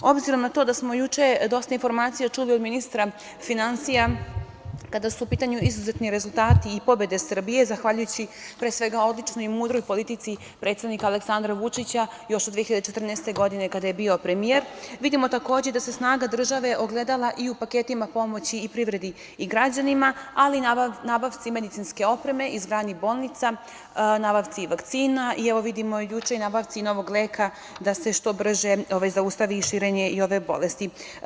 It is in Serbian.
Obzirom na to da smo juče dosta informacija čuli od ministra finansija kada su u pitanju izuzetni rezultati i pobede Srbije, zahvaljujući pre svega odlučnoj i mudroj politici predsednika Aleksandra Vučića još od 2014. godine kada je bio premijer, vidimo takođe i da se snaga države ogledala i u paketima pomoći i privredi i građanima, ali i nabavci medicinske opreme, izgradnji bolnica, nabavci vakcina i, evo vidimo juče, i nabavci novog leka da se što brže zaustavi širenje ove bolesti.